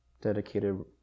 dedicated